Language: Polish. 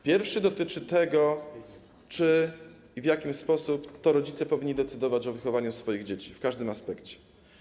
Pierwszy dotyczy tego, czy i w jaki sposób rodzice powinni decydować o wychowaniu swoich dzieci w każdym aspekcie.